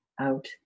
out